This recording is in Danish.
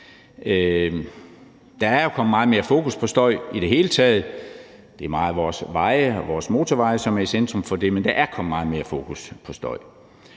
Der er jo kommet meget mere fokus på støj i det hele taget. Det er meget vores veje og vores motorveje, som er i centrum for det, men der er kommet meget mere fokus på støj.